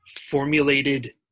formulated